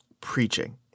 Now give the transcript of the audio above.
preaching